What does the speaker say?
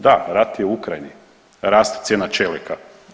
Da, rat je u Ukrajini, raste cijena čelika.